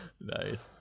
Nice